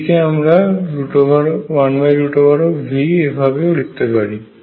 এটিকে আমরা 1V এভাবে লিখতে পারি